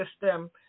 system